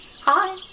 hi